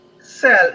cell